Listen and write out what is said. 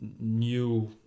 new